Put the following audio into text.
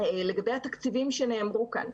לגבי התקציבים שנאמרו כאן.